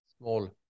small